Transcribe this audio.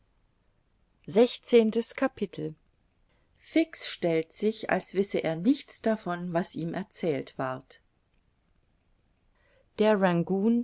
sechzehntes capitel fix stellt sich als wisse er nichts davon was ihm erzählt ward der